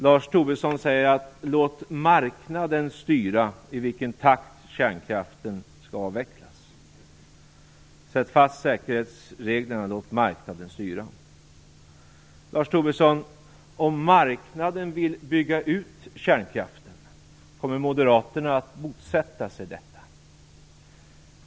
Lars Tobisson säger: Låt marknaden styra i vilken takt kärnkraften skall avvecklas. Slå fast säkerhetsreglerna och låt marknaden styra. Om marknaden, Lars Tobisson, vill bygga ut kärnkraften, kommer Moderaterna då att motsätta sig detta?